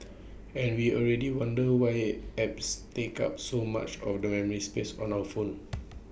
and we already wonder why at apps take up so much of the memory space on our phone